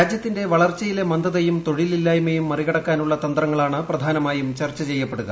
രാജ്യത്തിന്റെ വളർച്ചയിലെ മന്ദതയും തൊഴിലില്ലായ്മയും മറികടക്കാനുള്ള തന്ത്രങ്ങളാണ് പ്രധാനമായും ചർച്ചു ചെയ്യപ്പെടുക